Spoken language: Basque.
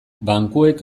bankuek